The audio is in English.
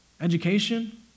education